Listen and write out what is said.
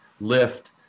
lift